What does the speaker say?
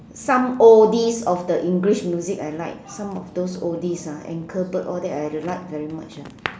some oldies of the English music I like some of those oldies ah all that I like very much ah